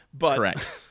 Correct